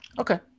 Okay